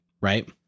Right